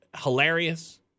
hilarious